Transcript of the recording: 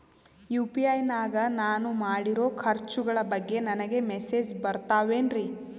UPI ನಾಗ ನಾನು ಮಾಡಿರೋ ಖರ್ಚುಗಳ ಬಗ್ಗೆ ನನಗೆ ಮೆಸೇಜ್ ಬರುತ್ತಾವೇನ್ರಿ?